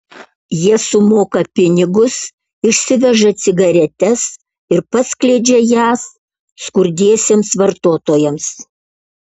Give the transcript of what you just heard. jie sumoka pinigus išsiveža cigaretes ir paskleidžia jas skurdiesiems vartotojams